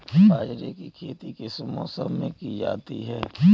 बाजरे की खेती किस मौसम में की जाती है?